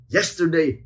Yesterday